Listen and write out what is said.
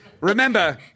Remember